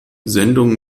sendung